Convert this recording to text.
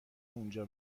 اونجا